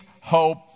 hope